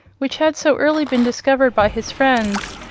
which had so early been discovered by his friends,